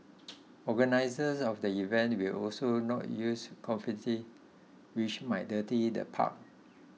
organisers of the event will also not use confetti which might dirty the park